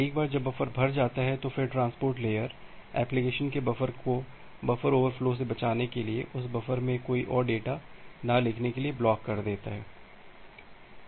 एक बार जब बफर भर जाता है तो फिर ट्रांसपोर्ट लेयर एप्लिकेशन के बफर को बफर ओवरफ्लो से बचाने के लिए उस बफर में कोई और डेटा ना लिखने के लिए ब्लॉक कर देता है